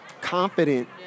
confident